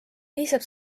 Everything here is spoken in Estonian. piisab